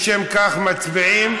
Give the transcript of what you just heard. לשם כך מצביעים.